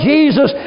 Jesus